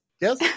yes